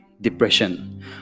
depression